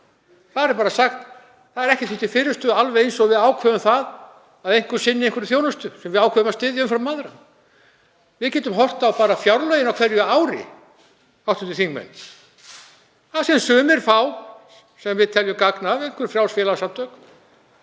Þar er sagt: Það er ekkert því til fyrirstöðu, alveg eins og við ákveðum að einhver sinni einhverri þjónustu sem við ákveðum að styðja umfram aðra. Við getum horft fjárlögin á hverju ári, hv. þingmenn, þar sem sumir, sem við teljum gagn að, einhver frjáls félagasamtök,